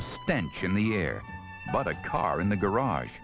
a spent in the air but a car in the garage